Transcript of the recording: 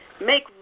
make